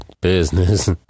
business